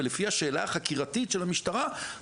ולפי השאלה החקירתית של המשטרה,